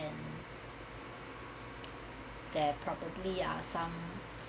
and there probably are some